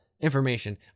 information